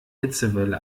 hitzewelle